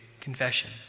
confession